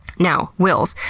now, wills.